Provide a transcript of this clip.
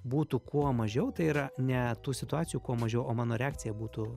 būtų kuo mažiau tai yra ne tų situacijų kuo mažiau o mano reakcija būtų